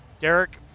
Derek